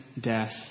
death